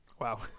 Wow